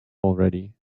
already